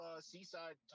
Seaside